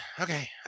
Okay